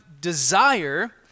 desire